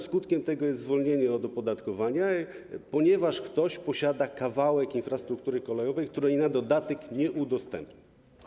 Skutkiem tego jest zwolnienie od opodatkowania, ponieważ ktoś posiada kawałek infrastruktury kolejowej, której na dodatek nie udostępnia.